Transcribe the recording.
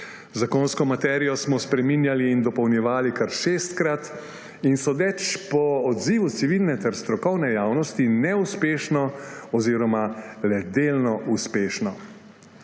Zakonsko materijo smo spreminjali in dopolnjevali kar šestkrat in sodeč po odzivu civilne ter strokovne javnosti neuspešno oziroma le delno uspešno.